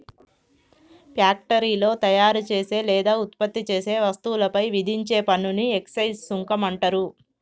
ఫ్యాక్టరీలో తయారుచేసే లేదా ఉత్పత్తి చేసే వస్తువులపై విధించే పన్నుని ఎక్సైజ్ సుంకం అంటరు